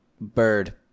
Bird